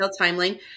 timeline